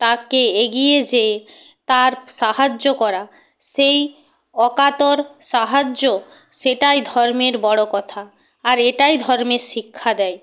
তাকে এগিয়ে যেয়ে তার সাহায্য করা সেই অকাতর সাহায্য সেটাই ধর্মের বড়ো কথা আর এটাই ধর্মের শিক্ষা দেয়